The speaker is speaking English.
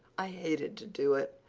i hated to do it?